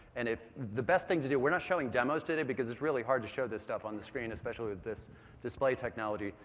and the best thing to do, we're not showing demos today because it's really hard to show this stuff on the screen especially with this display technology.